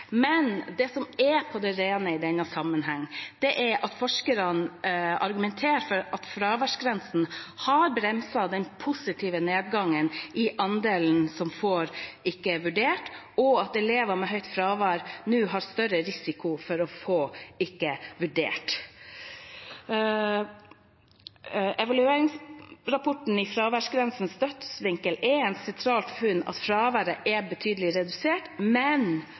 Det som er på det rene i denne sammenhengen, er at forskere argumenterer med at fraværsgrensen har bremset den positive nedgangen i andelen som får «ikke vurdert», og at elevene med høyt fravær nå har større risiko for å få «ikke vurdert». I evalueringsrapporten I fraværsgrensens dødvinkel er et sentralt funn at fraværet er betydelig redusert, men